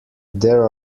there